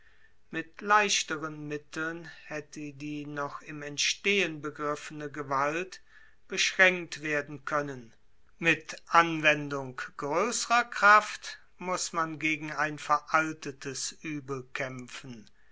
mit leichteren mitteln hätte die noch im entstehen begriffene gewalt beschränkt werden können mit anwendung größerer kraft muß gegen ein veraltetes uebel kämpfen